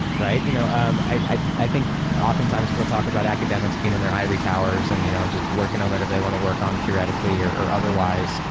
you know um i i think oftentimes people talk about academics being in their ivory towers and you know and just working on whatever they want to work on theoretically or or otherwise.